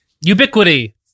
ubiquity